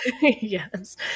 Yes